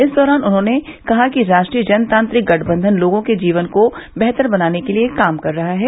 इस दौरान उन्होंने कहा कि राष्ट्रीय जनतांत्रिक गठबंधन लोगों के जीवन को बेहतर बनाने के लिए काम कर रहा है